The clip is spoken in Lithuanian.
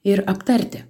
ir aptarti